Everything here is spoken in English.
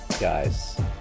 guys